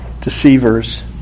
deceivers